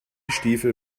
stiefel